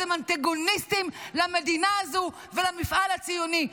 אתם אנטגוניסטים למדינה הזאת ולמפעל הציוני.